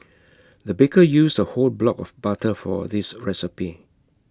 the baker used A whole block of butter for this recipe